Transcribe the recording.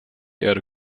erde